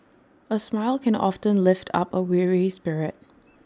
A smile can often lift up A weary spirit